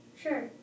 sure